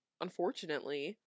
unfortunately